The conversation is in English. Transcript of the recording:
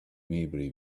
maybury